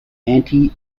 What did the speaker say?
anti